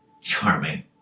charming